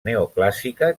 neoclàssica